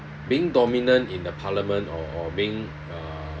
being dominant in the parliament or or being uh